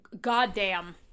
goddamn